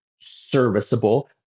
serviceable